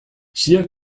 hier